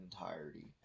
entirety